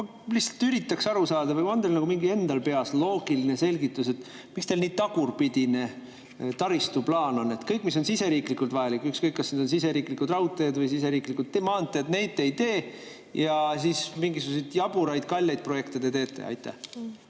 Ma lihtsalt üritan aru saada või on teil peas mingi loogiline selgitus, miks teil nii tagurpidine taristuplaan on, et kõik, mis on siseriiklikult vajalik, ükskõik, kas need on siseriiklikud raudteed või siseriiklikud maanteed, neid te ei tee, ja siis mingisuguseid jaburaid kalleid projekte teete? Mul